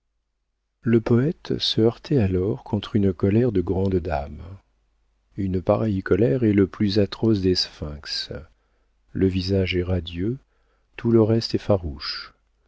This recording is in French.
le poëte se heurtait alors contre une colère de grande dame une pareille colère est le plus atroce des sphinx le visage est radieux tout le reste est farouche